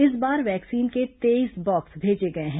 इस बार वैक्सीन के तेईस बॉक्स भेजे गए हैं